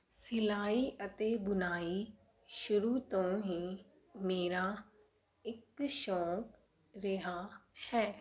ਸਿਲਾਈ ਅਤੇ ਬੁਣਾਈ ਸ਼ੁਰੂ ਤੋਂ ਹੀ ਮੇਰਾ ਇੱਕ ਸ਼ੌਂਕ ਰਿਹਾ ਹੈ